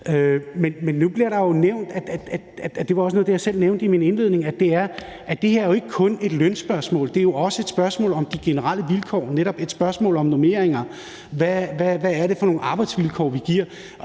min indledning – at det her ikke kun er et lønspørgsmål. Det er også et spørgsmål om de generelle vilkår, netop et spørgsmål om normeringer, altså hvad det er for nogle arbejdsvilkår, vi giver,